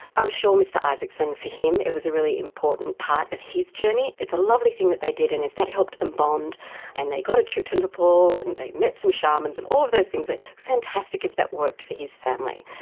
i'm sure mr isaacson, for him it was a really important part of his journey. it's a lovely thing that they did, and if that helped them bond and they got a trip to nepal and they met some shamans and all of those things, fantastic if that worked for his family,